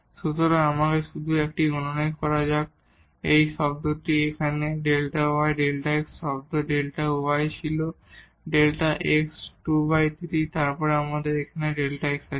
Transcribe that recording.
সুতরাং আমাকে শুধু এই একটি গণনা করা যাক এই শব্দটি এখানে Δ y Δ x শব্দ Δ y ছিল Δ x23 এবং তারপর আমাদের এখানে Δ x আছে